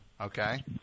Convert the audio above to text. Okay